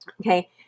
okay